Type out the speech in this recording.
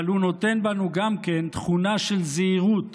אבל הוא נותן בנו גם כן תכונה של זהירות,